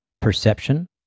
Perception